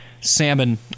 Salmon